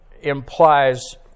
implies